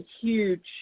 huge